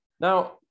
Now